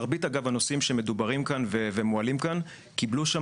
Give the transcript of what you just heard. מרבית הנושאים שמדוברים כאן ומועלים כאן קיבלו שם